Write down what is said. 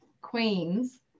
queens